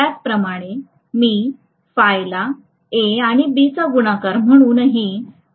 त्याचप्रमाणे मी फाय ला A आणि B चा गुणाकार म्हणून ही मला लिहिता येईल